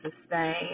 sustain